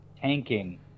tanking